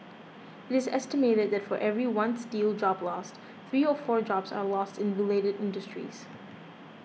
it is estimated that for every one steel job lost three or four jobs are lost in related industries